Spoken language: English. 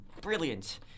brilliant